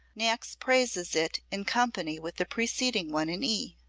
niecks praises it in company with the preceding one in e.